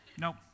Nope